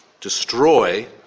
destroy